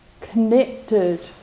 connected